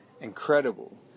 Incredible